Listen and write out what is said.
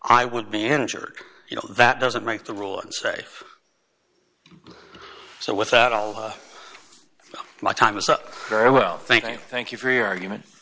i would be injured you know that doesn't make the rule say so with that all my time is so very well thank you thank you for your argument